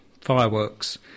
fireworks